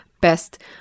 best